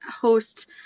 host